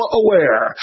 aware